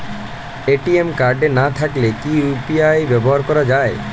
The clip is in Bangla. এ.টি.এম কার্ড না থাকলে কি ইউ.পি.আই ব্যবহার করা য়ায়?